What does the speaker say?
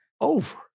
Over